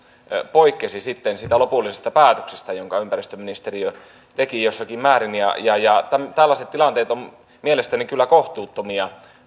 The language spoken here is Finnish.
poikkesi siitä lopullisesta päätöksestä jonka ympäristöministeriö teki jossakin määrin tällaiset tilanteet ovat mielestäni kyllä kohtuuttomia